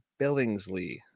Billingsley